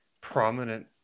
prominent